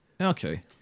Okay